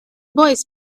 boys